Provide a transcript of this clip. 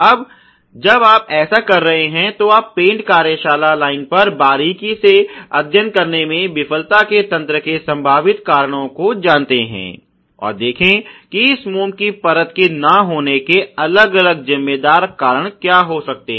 अब जब आप ऐसा कर रहे हैं तो आप पेंट कार्यशाला लाइन पर बारीकी से अध्ययन करने में विफलता के तंत्र के संभावित कारणों को जानते हैं और देखें कि इस मोम की परत के न होने के अलग अलग जिम्मेदार कारण क्या हो सकते हैं